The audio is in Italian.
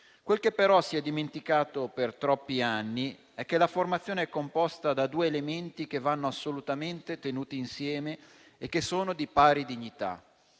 Quel che però si è dimenticato per troppi anni è che la formazione è composta da due elementi che vanno assolutamente tenuti insieme e che sono di pari dignità: